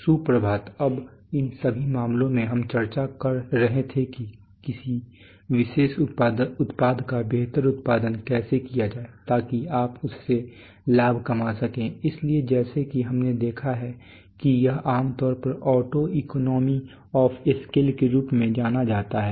सुप्रभात अब इन सभी मामलों में हम यह चर्चा कर रहे थे कि किसी विशेष उत्पाद का बेहतर उत्पादन कैसे किया जाए ताकि आप उससे लाभ कमा सकें इसलिए जैसा कि हमने देखा है कि यह आम तौर पर ऑटो इकोनॉमी ऑफ स्केल के रूप में जाना जाता है